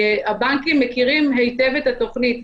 הבנקים מכירים היטב את התוכנית.